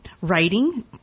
writing